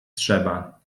trzeba